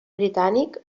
britànic